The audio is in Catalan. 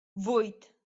vuit